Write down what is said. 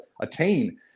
attain